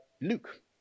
Luke